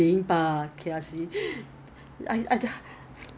I like it it's gentle and mild to your skin is